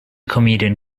comedian